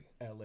LA